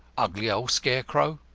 ugly old scare-crow!